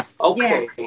okay